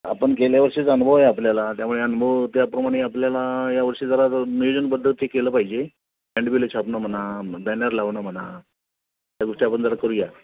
आपण गेल्या वर्षीचा अनुभव आहे आपल्याला त्यामुळे अनुभव त्याप्रमाणे आपल्याला या वर्षी जरा नियोजनबद्दल ते केलं पाहिजे हँडबिलं छापणं म्हणा बॅनर लावणं म्हणा या गोष्टी आपण जरा करू या